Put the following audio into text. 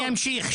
אני אמשיך.